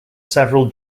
several